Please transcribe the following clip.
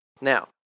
Now